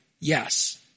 Yes